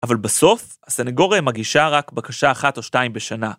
אבל בסוף הסנגוריה מגישה רק בקשה אחת או שתיים בשנה.